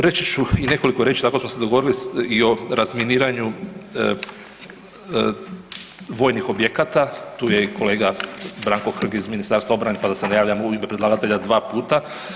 Reći ću i nekoliko riječi, tako smo se dogovorili i o razminiranju vojnih objekata, tu je i kolega Branko Hrg iz Ministarstva obrane, pa da se ne javljam u ime predlagatelja dva puta.